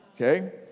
okay